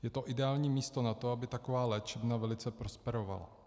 Je to ideální místo na to, aby taková léčebna velice prosperovala.